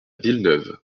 villeneuve